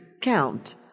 count